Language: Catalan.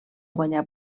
guanyar